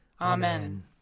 Amen